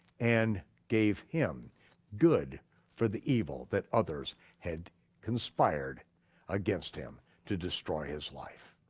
and gave him good for the evil that others had conspired against him, to destroy his life.